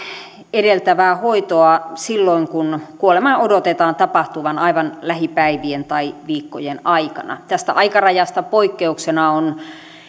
edeltävää hoitoa silloin kun kuoleman odotetaan tapahtuvan aivan lähipäivien tai viikkojen aikana tästä aikarajasta poikkeuksena on